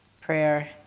prayer